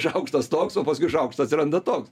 šaukštas toks o paskui šaukštas atsiranda toks